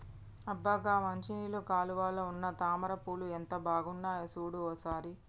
అబ్బ గా మంచినీళ్ళ కాలువలో ఉన్న తామర పూలు ఎంత బాగున్నాయో సూడు ఓ సారి